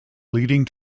leading